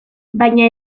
baina